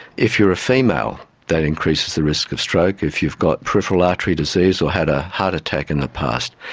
if you are a female, that increases the risk of stroke. if you've got peripheral artery disease or had a heart attack in the past,